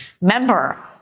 member